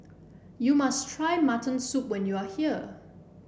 you must try Mutton Soup when you are here